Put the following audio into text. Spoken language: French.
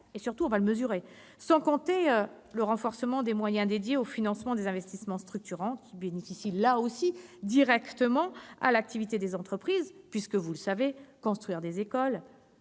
mesurer les conséquences. S'y ajoute le renforcement des moyens dédiés au financement des investissements structurants, qui bénéficient directement à l'activité des entreprises, puisque, vous le savez, construire des écoles